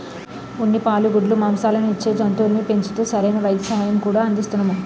ఉన్ని, పాలు, గుడ్లు, మాంససాలను ఇచ్చే జంతువుల్ని పెంచుతూ సరైన వైద్య సహాయం కూడా అందిస్తున్నాము